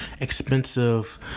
expensive